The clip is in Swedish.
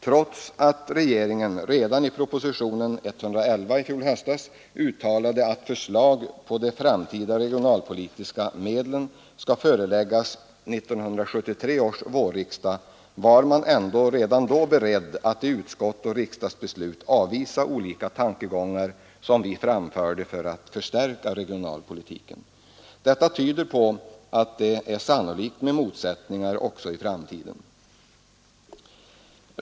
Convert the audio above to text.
Trots att regeringen redan i propositionen 111 i höstas uttalade att förslag om de framtida regionalpolitiska medlen skall föreläggas 1973 års vårriksdag var man ändå redan då beredd att i utskott och i riksdagsbeslut avvisa olika tankegångar som vi framförde för att förstärka regionalpolitiken. Detta tyder på att det sannolikt blir motsättningar också i framtiden.